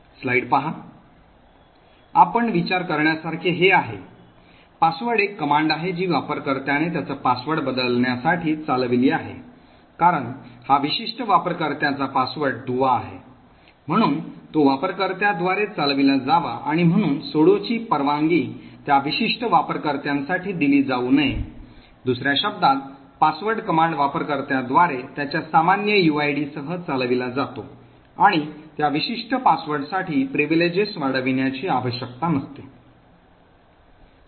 आपण विचार करण्यासारखे हे आहे password एक कमांड आहे जी वापरकर्त्याने त्याचा password बदलण्यासाठी चालविली आहे कारण हा विशिष्ट वापरकर्त्याचा password दुवा आहे म्हणून तो वापरकर्त्याद्वारे चालविला जावा आणि म्हणून sudo ची परवानगी त्या विशिष्ट वापरकर्त्यासाठी दिली जाऊ नये दुसर्या शब्दांत password कमांड वापरकर्त्याद्वारे त्याच्या सामान्य uid सह चालविला जातो आणि त्या विशिष्ट password साठी विशेषाधिकार वाढविण्याची आवश्यकता नसते